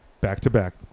back-to-back